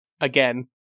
again